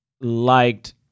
Liked